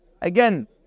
Again